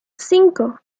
cinco